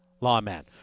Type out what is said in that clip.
Lawman